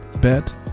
bet